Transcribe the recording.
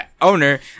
owner